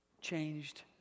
changed